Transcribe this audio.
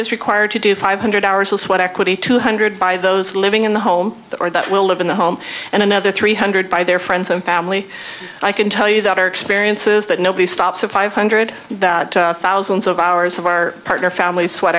is required to do five hundred hours of sweat equity two hundred by those living in the home or that will live in the home and another three hundred by their friends and family i can tell you that our experience is that nobody stops a five hundred thousands of hours of our partner family sweat